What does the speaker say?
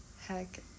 heck